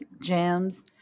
jams